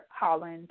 Holland